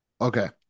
Okay